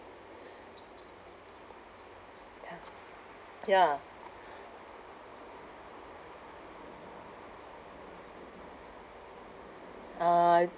ya uh